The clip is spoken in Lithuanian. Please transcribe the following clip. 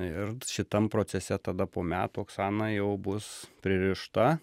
ir šitam procese tada po metų oksana jau bus pririšta